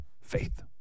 Faith